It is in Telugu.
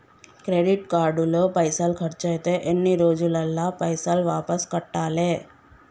క్రెడిట్ కార్డు లో పైసల్ ఖర్చయితే ఎన్ని రోజులల్ల పైసల్ వాపస్ కట్టాలే?